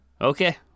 Okay